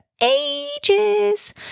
ages